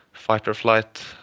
fight-or-flight